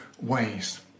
ways